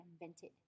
invented